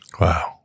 Wow